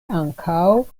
ankaŭ